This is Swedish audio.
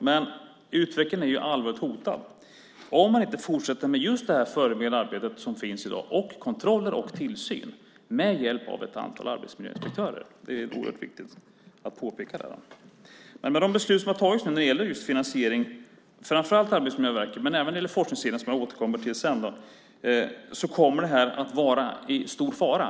Men utvecklingen är allvarligt hotad om man inte fortsätter med just det förebyggande arbete som finns i dag och med kontroller och tillsyn med hjälp av ett antal arbetsmiljöinspektörer. Det är oerhört viktigt att påpeka detta. Med de beslut som har fattats när det gäller finansiering av framför allt Arbetsmiljöverket men även när det gäller forskningssidan, som jag återkommer till sedan, kommer detta att vara i stor fara.